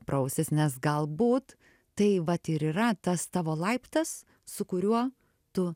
pro ausis nes galbūt tai vat ir yra tas tavo laiptas su kuriuo tu